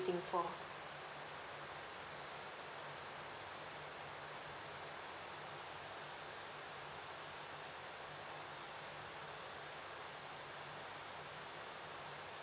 for